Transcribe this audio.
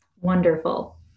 Wonderful